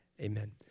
Amen